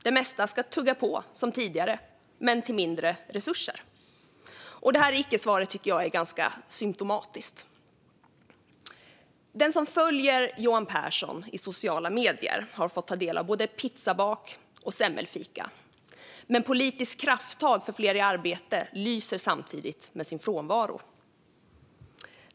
Det mesta ska tugga på som tidigare men med mindre resurser. Detta icke-svar tycker jag är ganska symtomatiskt. Den som följer Johan Pehrson i sociala medier har fått ta del av både pizzabak och semmelfika, men politiskt krafttag för att få fler i arbete lyser samtidigt med sin frånvaro.